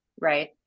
right